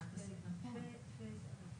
אם אתם לא תעשו איקס וויי זד,